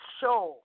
show